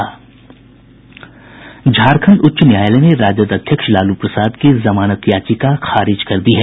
झारखंड उच्च न्यायालय ने राजद अध्यक्ष लालू प्रसाद की जमानत याचिका खारिज कर दी है